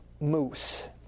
moose